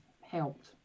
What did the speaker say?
helped